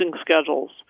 schedules